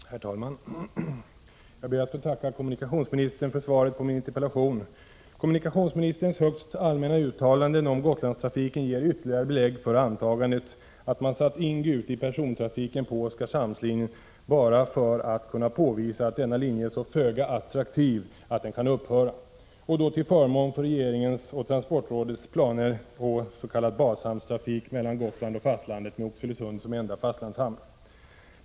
Herr talman! Jag ber att få tacka kommunikationsministern för svaret på min interpellation. Kommunikationsministerns högst allmänna uttalanden om Gotlandstrafiken ger ytterligare belägg för antagandet att man satt in M/S Gute i persontrafiken på Oskarshamnslinjen bara för att kunna påvisa att denna linje är så föga attraktiv att den kan upphöra, och då till förmån för regeringens och transportrådets vilande förslag om s.k. bashamnstrafik mellan Gotland och fastlandet med Oxelösund som enda fastlandshamn.